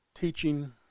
teaching